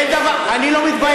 אין דבר, אני לא מתבייש.